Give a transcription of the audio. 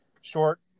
short